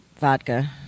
vodka